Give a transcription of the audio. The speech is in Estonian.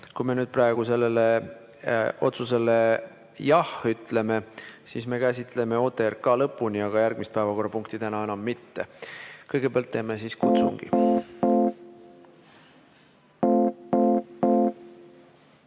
kui me nüüd praegu sellele otsusele jah ütleme, siis me käsitleme OTRK lõpuni, aga järgmist päevakorrapunkti täna enam mitte. Kõigepealt teeme kutsungi. Head